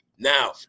Now